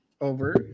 over